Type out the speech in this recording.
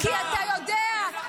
את לא מתביישת?